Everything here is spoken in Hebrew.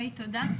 תודה.